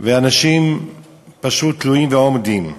ואנשים פשוט תלויים ועומדים.